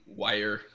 wire